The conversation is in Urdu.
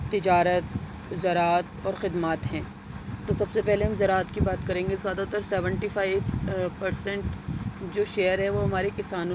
تجارت زراعت اور خدمات ہیں تو سب سے پہلے ہم زراعت کی بات کریں گے زیادہ تر سیونٹی فائیو پرسینٹ جو شیئر ہے وہ ہمارے کسانوں